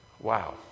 Wow